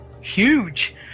huge